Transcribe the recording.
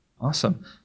Awesome